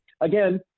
Again